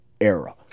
era